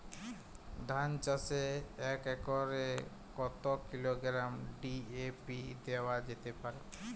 ধান চাষে এক একরে কত কিলোগ্রাম ডি.এ.পি দেওয়া যেতে পারে?